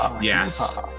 Yes